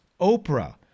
Oprah